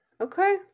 okay